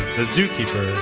the zookeeper.